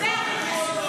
--- זה הכי חשוב.